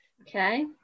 Okay